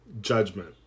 judgment